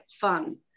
fun